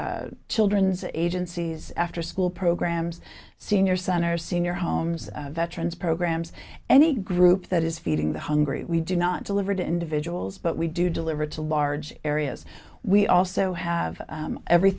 supper children's agencies afterschool programs senior center senior homes veterans programs any group that is feeding the hungry we do not delivered individuals but we do deliver to large areas we also have every